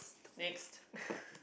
next